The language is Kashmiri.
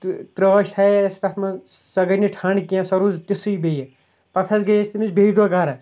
تہٕ ترٛیش تھایے اَسہِ تَتھ منٛز سۄ گٔے نہٕ ٹھنٛڈ کیٚںٛہہ سۄ روٗز تِژھٕے بیٚیہِ پَتہٕ حظ گٔے أسۍ تٔمِس بیٚیہِ دۄہ گَرٕ